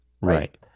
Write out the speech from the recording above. Right